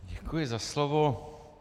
Děkuji za slovo.